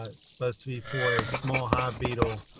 ah supposed to be for a small hive beetle